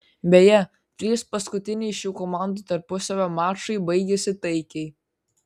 beje trys paskutiniai šių komandų tarpusavio mačai baigėsi taikiai